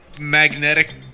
magnetic